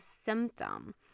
symptom